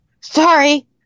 Sorry